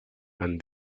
and